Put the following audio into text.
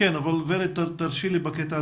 מיידי אלא